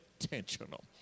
Intentional